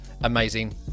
amazing